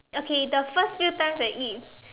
okay the first few times I eat